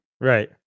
Right